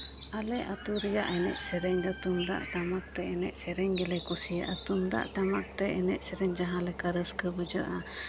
ᱟᱞᱮ ᱟᱹᱛᱩ ᱨᱮᱭᱟᱜ ᱮᱱᱮᱡ ᱥᱮᱨᱮᱧ ᱫᱚ ᱛᱩᱢᱫᱟᱜ ᱴᱟᱢᱟᱠ ᱛᱮ ᱮᱱᱮᱡ ᱥᱮᱨᱮᱧ ᱜᱮᱞᱮ ᱠᱩᱥᱤᱭᱟᱜᱼᱟ ᱛᱩᱢᱫᱟᱜ ᱴᱟᱢᱟᱠ ᱛᱮ ᱮᱱᱮᱡ ᱥᱮᱨᱮᱧ ᱡᱟᱦᱟᱸ ᱞᱮᱠᱟ ᱨᱟᱹᱥᱠᱟᱹ ᱵᱩᱡᱷᱟᱹᱜᱼᱟ